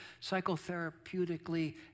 psychotherapeutically